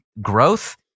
growth